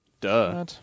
Duh